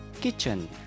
kitchen